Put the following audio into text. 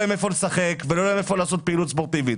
להם איפה לשחק ואיפה לעשות פעילות ספורטיבית.